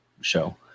show